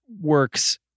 works